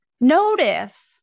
Notice